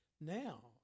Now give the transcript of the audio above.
Now